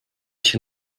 się